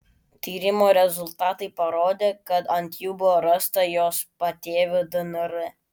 tyrimo rezultatai parodė kad ant jų buvo rasta jos patėvio dnr